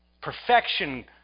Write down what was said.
perfection